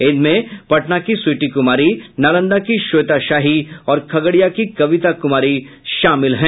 इनमें पटना की स्वीटी कुमारी नालंदा की स्वेता शाही और खगड़िया की कविता कुमारी शामिल हैं